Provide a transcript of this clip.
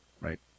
Right